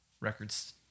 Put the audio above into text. Records